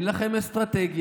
אין לכם אסטרטגיה.